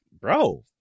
bro